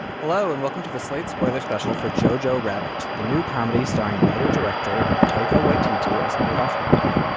hello and welcome to the slates for their special for jo-jo rabbit the new comedy starring writer director takeaway titi is adolph hitler.